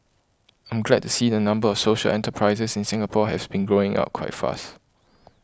I'm glad to see the number of social enterprises in Singapore has been growing up quite fast